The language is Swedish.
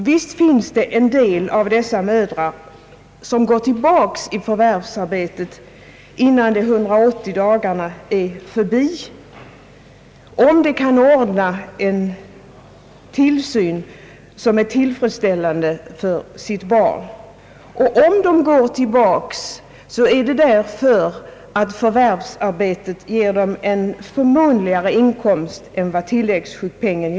Visst går en del av dessa mödrar tillbaka till förvärvsarbetet innan de 180 dagarna är förbi, om de kan ordna en tillfredsställande tillsyn för sitt barn, och om de går tillbaka så är det därför att förvärvsarbetet ger dem en förmånligare inkomst än tilläggssjukpenningen.